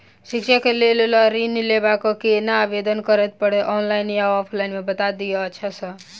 शिक्षा केँ लेल लऽ ऋण लेबाक अई केना आवेदन करै पड़तै ऑनलाइन मे या ऑफलाइन मे बता दिय अच्छा सऽ?